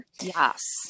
Yes